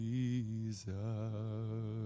Jesus